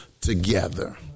together